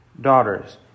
daughters